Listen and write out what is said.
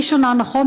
הראשונה: נכון,